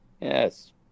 yes